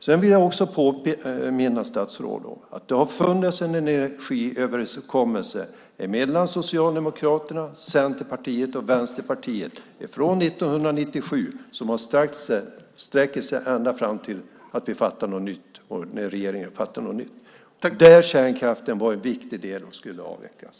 Jag vill också påminna statsrådet om att det har funnits en energiöverenskommelse mellan Socialdemokraterna, Centerpartiet och Vänsterpartiet från 1997 som sträcker sig ända fram till att regeringen fattar ett nytt beslut. Där var kärnkraften en viktig del och skulle avvecklas.